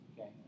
okay